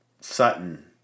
Sutton